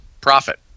Profit